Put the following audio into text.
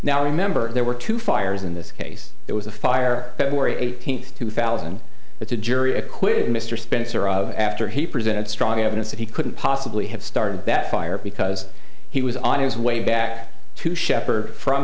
now remember there were two fires in this case there was a fire that were eighteenth two thousand that's a jury acquitted mr spencer of after he presented strong evidence that he couldn't possibly have started that fire because he was on his way back to shepherd from